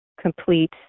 complete